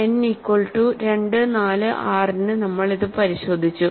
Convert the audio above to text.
nഈക്വൽ to 2 4 6 ന് നമ്മൾ ഇത് പരിശോധിച്ചു